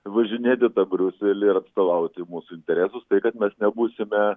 važinėti į tą briuselį ir atstovauti mūsų interesus tai kad bet nebūsime